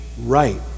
right